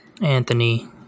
Anthony